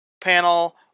panel